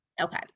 okay